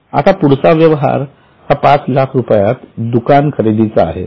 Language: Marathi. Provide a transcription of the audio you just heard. आता पुढचा व्यवहार हा पाच लाख रुपयात दुकान खरेदीचा आहे